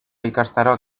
ikastaroak